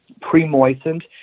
pre-moistened